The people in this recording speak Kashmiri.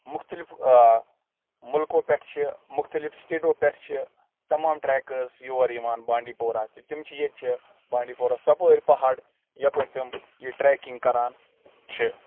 مُختلِف مُلکو پٮ۪ٹھ چھِ مُختلِف سِٹیٹو پٮ۪ٹھ چھِ تَمام ٹرٛیکٲرٕس یور یِوان بانڈی پورہ تہِ تِم چھِ ییٚتہِ چھِ بانڈی پوراہَس ژۄپٲرۍ پہاڑ یَپٲرۍ تِم یہِ ٹرٛیکِنٛگ کَران چھِ